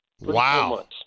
Wow